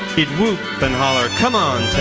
he'd whoop and holler, c'mon